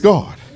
God